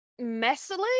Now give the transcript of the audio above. Messily